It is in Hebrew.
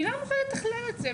היא לא מוכרחה לתכלל את זה.